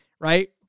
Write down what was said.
right